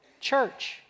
church